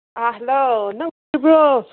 ꯑꯥ hello ꯅꯨꯡꯉꯥꯏꯔꯤꯕ꯭ꯔꯣ